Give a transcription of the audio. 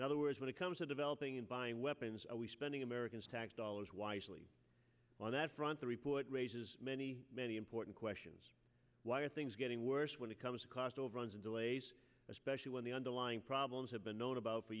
taxpayers other words when it comes to developing and buying weapons are we spending american tax dollars wisely on that front the report raises many many important questions why are things getting worse when it comes to cost overruns and delays especially when the underlying problems have been known about for